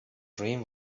dream